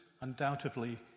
undoubtedly